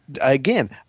again